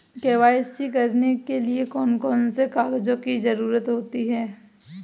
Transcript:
KYC करने के लिए कौन कौन से कागजों की जरूरत होती है?